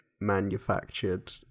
manufactured